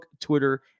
twitter